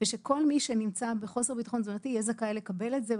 ושכל מי שנמצא בחוסר ביטחון תזונתי יהיה זכאי לקבל את זה.